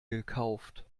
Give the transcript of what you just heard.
gekauft